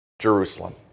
Jerusalem